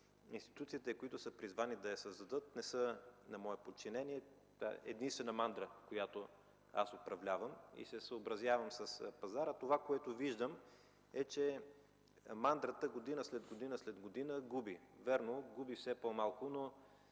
Институциите, които са призвани да я създадат не са на мое подчинение, тя е единствената мандра, която аз управлявам и се съобразявам с пазара. Това, което виждам е, че мандрата година след година губи. Вярно, губи все по-малко, но